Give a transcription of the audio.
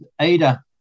ADA